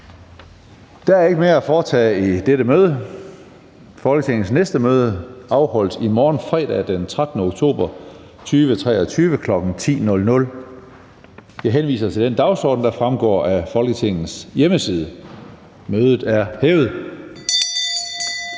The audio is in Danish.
Der er ikke mere at foretage i dette møde. Folketingets næste møde afholdes i morgen, fredag den 13. oktober 2023, kl. 10.00. Jeg henviser til den dagsorden, der fremgår af Folketingets hjemmeside. Mødet er hævet.